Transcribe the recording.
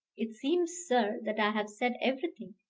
it seems, sir, that i have said everything.